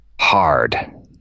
hard